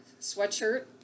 sweatshirt